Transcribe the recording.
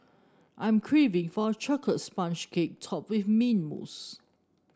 I'm craving for a chocolate sponge cake topped with mint mousse